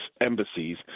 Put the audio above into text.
embassies